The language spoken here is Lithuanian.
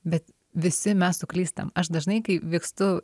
bet visi mes suklystam aš dažnai kai vykstu